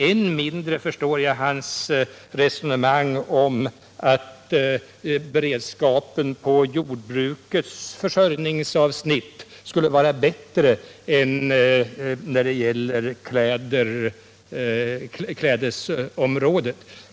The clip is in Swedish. Än mindre förstår jag handelsministerns resonemang om att beredskapen på jordbrukets försörjningsavsnitt skulle vara bättre än på beklädnadsområdet.